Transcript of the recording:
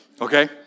okay